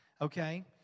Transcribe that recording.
Okay